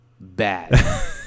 bad